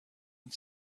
and